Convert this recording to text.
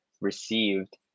received